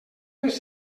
les